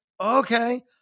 okay